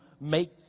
make